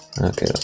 Okay